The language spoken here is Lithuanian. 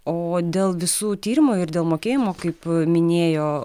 o dėl visų tyrimų ir dėl mokėjimo kaip minėjo